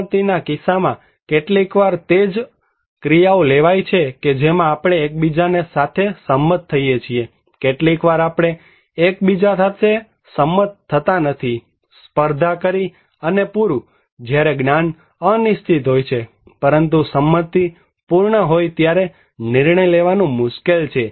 સંમતિ ના કિસ્સામાં કેટલીકવાર તે જ ક્રિયાઓ લેવાય છે કે જેમાં આપણે એકબીજા સાથે સંમત થઈએ છીએ કેટલીક વાર આપણે એકબીજા સાથે સંમત થતા નથી સ્પર્ધા કરી અને પુરુ જ્યારે જ્ઞાન અનિશ્ચિત હોય પરંતુ સંમતિ પૂર્ણ હોય ત્યારે નિર્ણય લેવાનું મુશ્કેલ છે